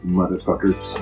motherfuckers